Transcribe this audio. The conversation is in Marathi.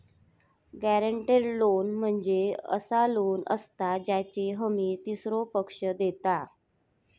गॅरेंटेड लोन म्हणजे असा लोन असता ज्याची हमी तीसरो पक्ष देता